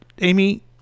Amy